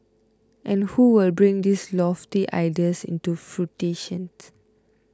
and who will bring these lofty ideas into fruition